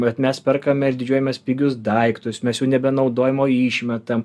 bet mes perkame ir didžiuojamės pigius daiktus mes jų nebenaudojam o išmetam